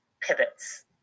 pivots